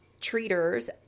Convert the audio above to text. treaters